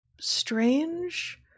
strange